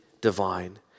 divine